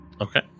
Okay